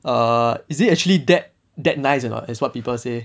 err is it actually that that nice or not as what people say